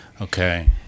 Okay